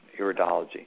iridology